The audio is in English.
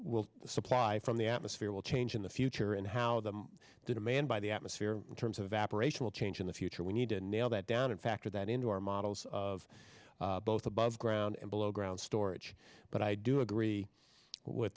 supply from the atmosphere will change in the future and how the demand by the atmosphere in terms of evaporation will change in the future we need to nail that down and factor that into our models of both above ground and below ground storage but i do agree with